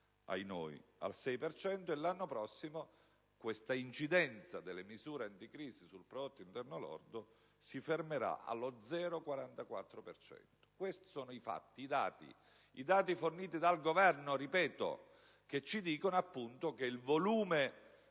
6 per cento. L'anno prossimo, l'incidenza delle misure anticrisi sul prodotto interno lordo si fermerà allo 0,44 per cento. Questi sono i fatti, i dati forniti dal Governo, ripeto, che ci dicono appunto che il volume